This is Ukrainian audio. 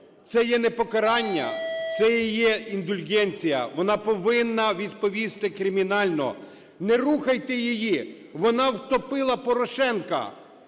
Це є не покарання, це є індульгенція. Вона повинна відповісти кримінально. Не рухайте її! Вона втопила Порошенка.